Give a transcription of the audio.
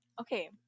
Okay